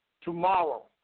Tomorrow